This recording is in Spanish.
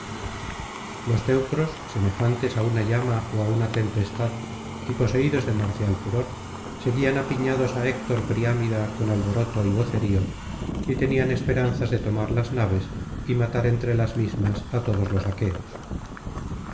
los teucros semejantes á una llama ó á una tempestad y poseídos de marcial furor seguían apiñados á héctor priámida con alboroto y vocerío y tenían esperanzas de tomarlas naves y matar entre las mismas á todos los aqueos